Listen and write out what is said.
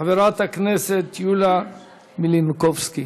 חברת הכנסת יוליה מלינובסקי.